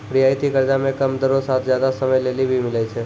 रियायती कर्जा मे कम दरो साथ जादा समय लेली भी मिलै छै